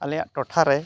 ᱟᱞᱮᱭᱟ ᱴᱚᱴᱷᱟᱨᱮ